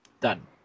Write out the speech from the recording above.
done